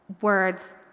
words